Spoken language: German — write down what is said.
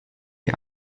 die